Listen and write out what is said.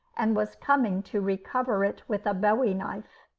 and was coming to recover it with a bowie knife.